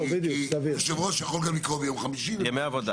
ימי עבודה